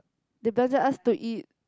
they belanja us to eat